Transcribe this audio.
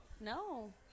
No